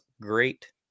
great